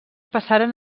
passaren